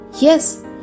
yes